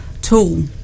tool